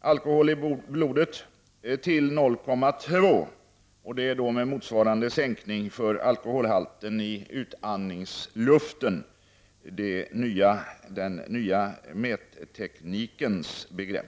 alkoholi blodet och att motsvarande sänkning skulle göras vad gäller alkoholhalten i utandningsluften, enligt den nya mätteknikens begrepp.